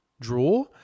draw